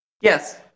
Yes